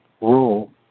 rule